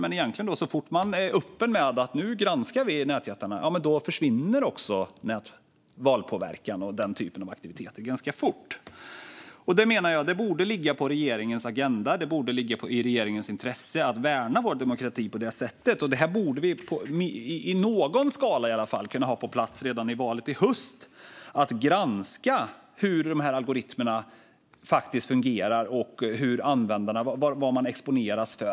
Men så fort man är öppen med att man granskar nätjättarna försvinner valpåverkan och den typen av aktiviteter ganska fort. Jag menar att det borde stå på regeringens agenda och ligga i regeringens intresse att värna vår demokrati på det sättet. Vi borde i alla fall i någon skala kunna ha det på plats redan till valet i höst för att kunna granska hur algoritmerna faktiskt fungerar och vad användarna exponeras för.